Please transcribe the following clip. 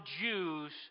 Jews